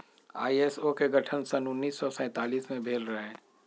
ISO के गठन सन उन्नीस सौ सैंतालीस में भेल रहै